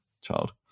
child